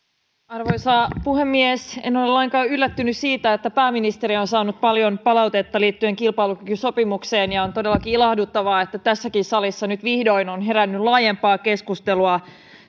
arvoisa puhemies en ole lainkaan yllättynyt siitä että pääministeri on saanut paljon palautetta liittyen kilpailukykysopimukseen ja on todellakin ilahduttavaa että tässäkin salissa nyt vihdoin on herännyt laajempaa keskustelua